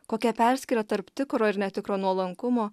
kokia perskyra tarp tikro ir netikro nuolankumo